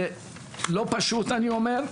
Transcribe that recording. זה לא פשוט אני אומר,